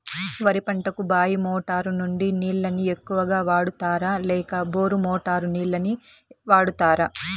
వరి పంటకు బాయి మోటారు నుండి నీళ్ళని ఎక్కువగా వాడుతారా లేక బోరు మోటారు నీళ్ళని వాడుతారా?